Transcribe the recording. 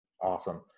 Awesome